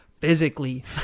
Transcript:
physically